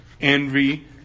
envy